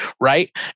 right